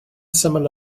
syml